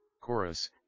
Chorus